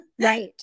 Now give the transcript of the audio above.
right